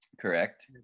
correct